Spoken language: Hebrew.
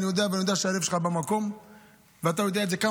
אני יודע שהלב שלך במקום ואתה יודע כמה